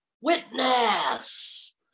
Witness